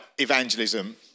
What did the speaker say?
evangelism